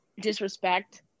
disrespect